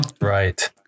Right